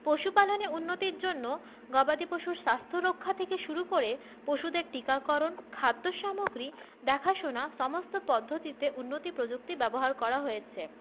পশু পালনে উন্নতির জন্য গবাদি পশুর স্বাস্থ্য রক্ষা থেকে শুরু করে পশুদের টিকাকরন খাদ্য সামগ্রী দেখাশোনা সমস্ত পদ্ধতিতে উন্নতি প্রযুক্তি ব্যবহার করা হয়েছে